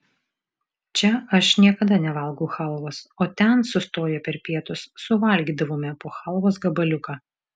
čia aš niekada nevalgau chalvos o ten sustoję per pietus suvalgydavome po chalvos gabaliuką